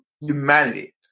humanity